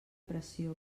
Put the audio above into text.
pressió